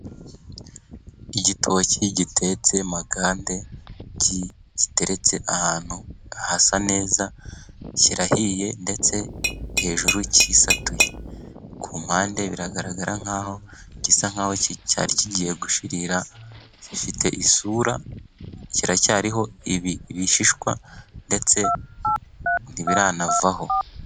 Igitoki gitetse amagande giteretse ahantu hasa neza, kirahiye ndetse hejuru cyisatuye kumpande, biragaragara nkaho gisa nkaho cyari kigiye gushirira, gifite isura kiracyariho ibi bishishwa ndetse ntibiranavaho.